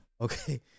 Okay